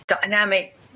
dynamic